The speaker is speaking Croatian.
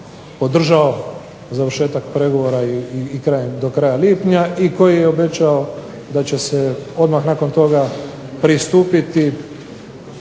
podržao završetak pregovora i do kraja lipnja i koji je obećao da će se odmah nakon toga pristupiti